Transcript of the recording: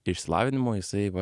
išsilavinimo jisai va